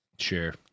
sure